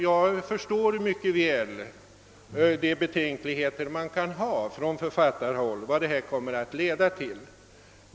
Jag förstår mycket väl författarnas betänkligheter med tanke på vad det kan leda till.